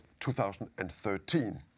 2013